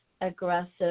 aggressive